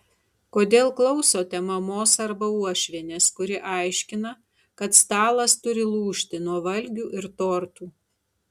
kodėl klausote mamos arba uošvienės kuri aiškina kad stalas turi lūžti nuo valgių ir tortų